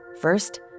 First